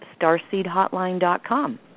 starseedhotline.com